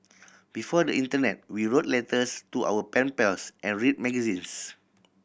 before the internet we wrote letters to our pen pals and read magazines